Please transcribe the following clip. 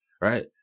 right